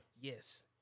Yes